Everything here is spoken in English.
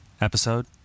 episode